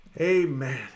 Amen